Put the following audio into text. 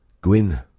Gwyn